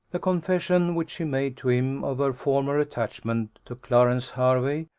the confession which she made to him of her former attachment to clarence hervey,